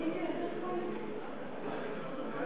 ראשית, שנינו בילינו את ילדותנו ונערותנו